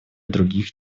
других